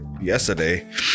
yesterday